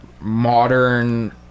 modern